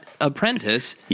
apprentice